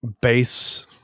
base